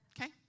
Okay